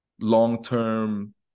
long-term